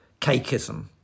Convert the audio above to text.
cakeism